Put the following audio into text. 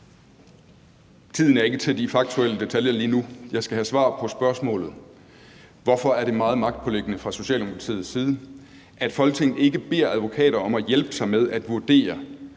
Tiden er ikke til de faktuelle detaljer lige nu. Jeg skal have svar på spørgsmålet: Hvorfor er det meget magtpåliggende fra Socialdemokratiets side, at Folketinget ikke beder advokater om at hjælpe sig med at vurdere,